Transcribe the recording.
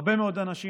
הרבה מאוד אנשים